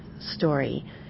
story